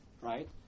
Right